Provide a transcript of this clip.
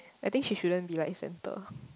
I think she shouldn't be like center